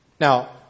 Now